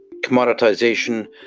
Commoditization